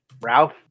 Ralph